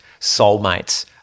Soulmates